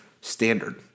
standard